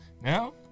Now